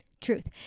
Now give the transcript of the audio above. Truth